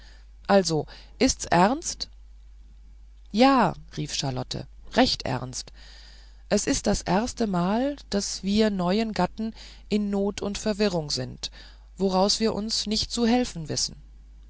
also ists ernst ja rief charlotte recht ernst es ist das erstemal daß wir neuen gatten in not und verwirrung sind woraus wir uns nicht zu helfen wissen